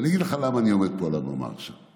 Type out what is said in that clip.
אני אגיד לך למה אני עומד פה על הבמה עכשיו,